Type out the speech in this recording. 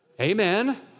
Amen